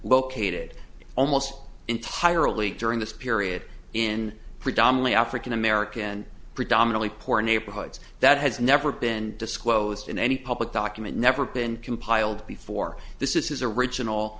located almost entirely during this period in predominately african american predominately poor neighborhoods that has never been disclosed in any public document never been compiled before this is his original